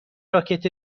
راکت